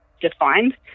defined